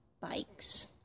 bikes